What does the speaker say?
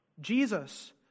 Jesus